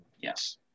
Yes